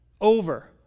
over